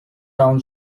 town